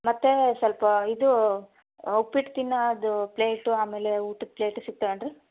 ಮತ್ತೆ ಸ್ವಲ್ಪ ಇದು ಉಪ್ಪಿಟ್ಟು ತಿನ್ನೋದು ಪ್ಲೇಟು ಆಮೇಲೆ ಊಟದ ಪ್ಲೇಟು ಸಿಗ್ತವೆ ಏನು ರೀ